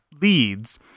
leads